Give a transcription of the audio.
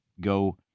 go